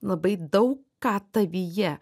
labai daug ką tavyje